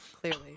clearly